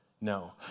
No